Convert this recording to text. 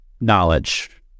knowledge